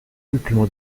ultimo